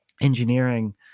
engineering